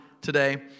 today